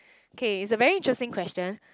okay it's a very interesting question